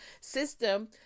system